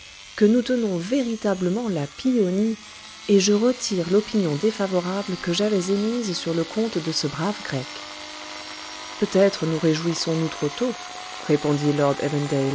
que nous tenons véritablement la pie au nid et je retire l'opinion défavorable que j'avais émise sur le compte de ce brave grec peut-être nous réjouissons-nous trop tôt répondit lord